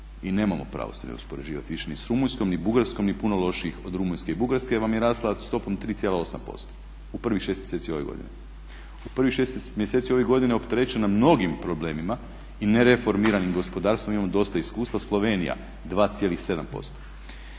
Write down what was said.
i nemamo pravo se ne uspoređivat više ni s Rumunjskom ni Bugarskom ni puno lošijih od Rumunjske i Bugarske, vam je rasla stopom 3,8% u prvih 6 mjeseci ove godine. U prvih 6 mjeseci ove godine opterećena mnogim problemima i nereformiranim gospodarstvom ima dosta iskustva Slovenija 2,7%.